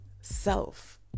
self